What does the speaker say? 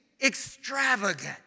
Extravagant